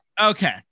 Okay